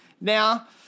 Now